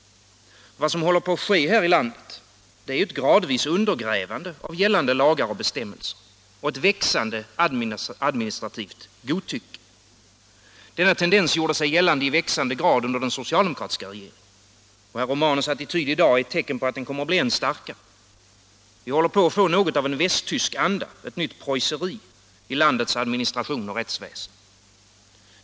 Vad som håller på att ske här i landet är ett gradvis undergrävande av gällande lagar och bestämmelser och ett växande administrativt godtycke. Denna tendens gjorde sig gällande i växande grad under den socialdemokratiska regeringen. Herr Romanus attityd i dag är ett - Nr 109 tecken på att den kommer att bli än starkare. Fredagen den Vi håller på att få något av en västtysk anda, ett nytt preusseri i landets 15 april 1977 administration och rättsväsen.